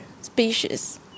species